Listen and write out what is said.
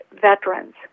veterans